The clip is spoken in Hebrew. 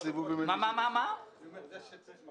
אם זו עבירה על החוק, ומה אתם עושים בנידון?